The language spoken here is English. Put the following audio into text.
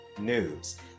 news